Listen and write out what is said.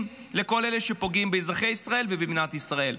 לכל אלה שפוגעים באזרחי ישראל ובמדינת ישראל.